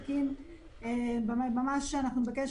את הסמכות ושם הוא היה מכניס ל מעקב ובקרה.